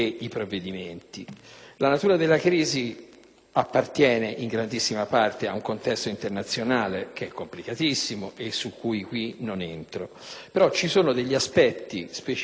appartiene in grandissima parte ad un contesto internazionale che è complicatissimo, su cui non entro, però ci sono degli aspetti specifici della crisi italica